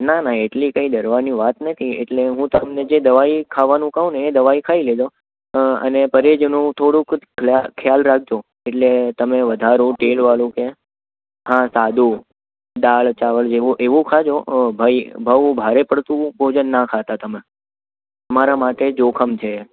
ના ના એટલી કંઈ ડરવાની વાત નથી એટલે હું તમને જે દવાઈ ખાવાનું કહું ને એ દવાઈ ખાઈ લેજો અને પરેજીનું થોડુંક ખ્યાલ રાખજો એટલે તમે વધારો તેલવાળું કે હા સાદું દાળ ચાવલ જેવું એવું ખાજો ભાઈ બહુ ભારે પડતું ભોજન ન ખાતા તમે તમારા માટે જોખમ છે